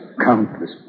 countless